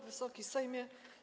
Wysoki Sejmie!